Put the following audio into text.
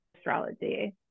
astrology